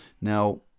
Now